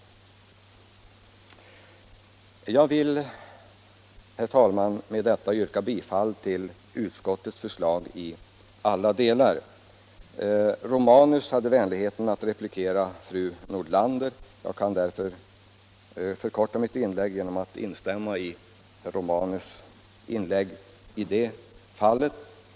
Jag vill, herr talman, med detta yrka bifall till utskottets förslag i alla delar. Herr Romanus hade vänligheten att replikera fru Nordlander. Jag kan därför förkorta mitt inlägg genom att instämma med herr Romanus i det fallet.